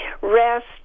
rest